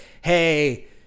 hey